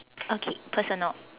okay personal